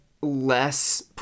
less